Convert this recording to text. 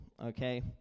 Okay